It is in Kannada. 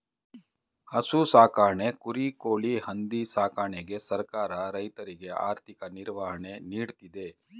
ಹಸು ಸಾಕಣೆ, ಕುರಿ, ಕೋಳಿ, ಹಂದಿ ಸಾಕಣೆಗೆ ಸರ್ಕಾರ ರೈತರಿಗೆ ಆರ್ಥಿಕ ನಿರ್ವಹಣೆ ನೀಡ್ತಿದೆ